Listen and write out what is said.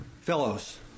fellows